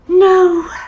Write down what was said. No